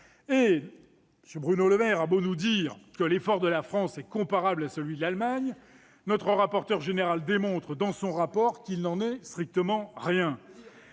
M. Le Maire a beau nous dire que l'effort de la France est comparable à celui de l'Allemagne, notre rapporteur général démontre, dans son rapport, qu'il n'en est strictement rien.